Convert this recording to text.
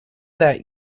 that